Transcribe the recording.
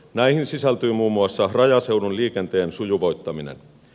näihin sisältyy muun muassa rajaseudun liikenteen sujuvoittaminen